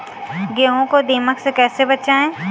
गेहूँ को दीमक से कैसे बचाएँ?